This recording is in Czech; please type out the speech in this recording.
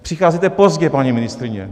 Přicházíte pozdě, paní ministryně.